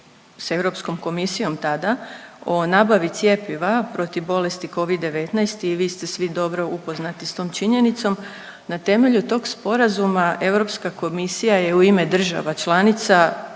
s europskom komisijom tada, o nabavi cjepiva protiv bolesti covid-19 i vi ste svi dobro upoznati s tom činjenicom. Na temelju tog sporazuma Europska komisija je u ime država članica